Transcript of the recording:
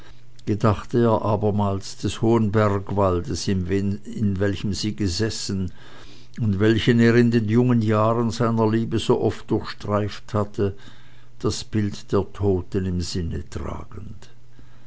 gedachte er abermals des hohen bergwaldes in welchem sie gesessen und welchen er in den jungen jahren seiner liebe so oft durchstreift hatte das bild der toten im sinne tragend